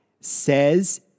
says